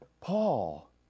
Paul